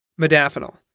Modafinil